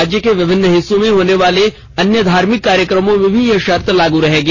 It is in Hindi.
राज्य के विभिन्न हिस्सों में होने वाले अन्य धार्मिक कार्यक्रमों में भी यह शर्त लागू रहेगी